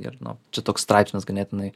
ir nu čia toks straipsnis ganėtinai